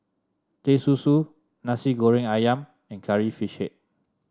Teh Susu Nasi Goreng ayam and Curry Fish Head